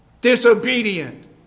disobedient